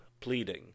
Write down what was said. pleading